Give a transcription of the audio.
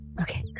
Okay